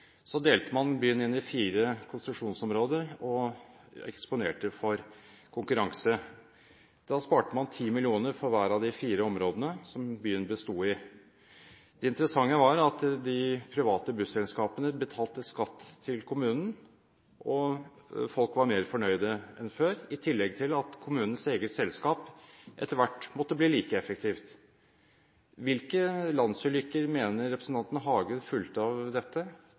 Så delte man byen inn i fire konstruksjonsområder og eksponerte for konkurranse. Da sparte man 10 mill. kr for hver av de fire områdene som byen besto av. Det interessante var at de private busselskapene betalte skatt til kommunen, og folk var mer fornøyde enn før, i tillegg til at kommunens eget selskap etter hvert måtte bli like effektivt. Hvilke landsulykker mener representanten Hagen fulgte av dette